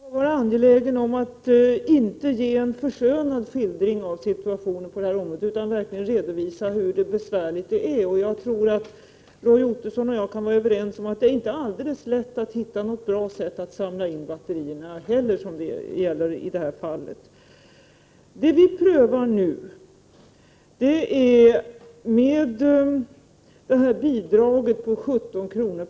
Herr talman! Jag har varit angelägen om att inte ge en förskönande skildring av situationen på detta område, utan jag har velat redovisa hur besvärligt det är. Roy Ottosson och jag kan säkert vara överens om att det inte är helt lätt att hitta ett bra sätt att samla in batterier. Det som nu prövas är bidraget på 17 kr.